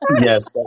Yes